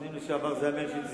שר הפנים לשעבר היה מאיר שטרית,